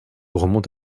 remonte